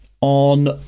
on